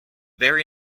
very